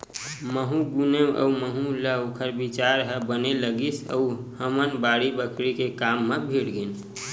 महूँ गुनेव अउ महूँ ल ओखर बिचार ह बने लगिस अउ हमन बाड़ी बखरी के काम म भीड़ गेन